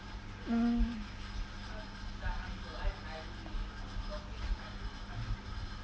mm